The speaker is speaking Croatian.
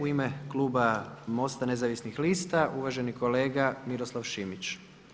U ime Kluba MOST-a Nezavisnih lista uvaženi kolega Miroslav Šimić.